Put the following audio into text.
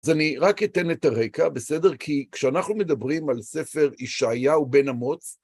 אז אני רק אתן את הרקע, בסדר? כי כשאנחנו מדברים על ספר ישעיהו בן אמוץ,